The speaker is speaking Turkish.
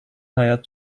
hayat